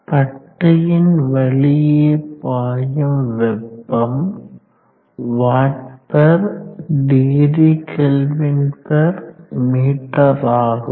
பட்டையின் வழியே பாயும் வெப்பம் watt per degree kelvin per metre ஆகும்